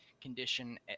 condition